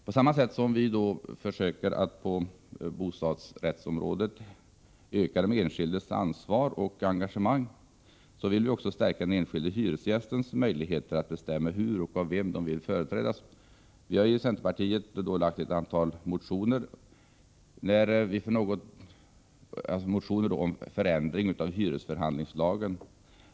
På samma sätt som vi på bostadsrättsområdet vill öka den enskildes ansvar och engagemang vill vi också stärka de enskilda hyresgästernas möjligheter att bestämma hur och av vem de vill företrädas. Centerpartiet har väckt ett antal motioner om förändring av hyresförhandlingslagen.